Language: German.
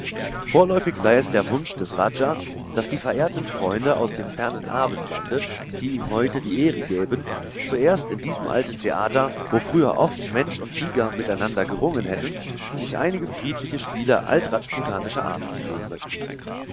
vorläufig sei es der wunsch des raja daß die verehrten freunde aus dem fernen abendlande die ihm heute die ehre gäben zuerst in diesem alten theater wo früher oft mensch und tiger miteinander gerungen hätten sich einige friedliche spiele alt rajputaner art ansehen möchten